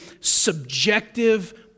subjective